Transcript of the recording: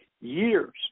years